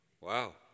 Wow